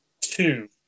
two